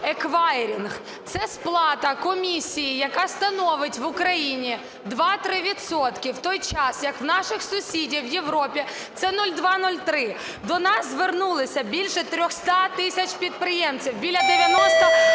Це сплата комісії, яка становить в Україні 2-3 відсотки, в той час як у наших сусідів в Європі це 02-0,3. До нас звернулися більше 300 тисяч підприємців, біля 90